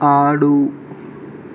ఆడు